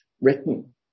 written